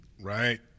Right